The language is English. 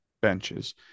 benches